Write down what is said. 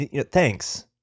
Thanks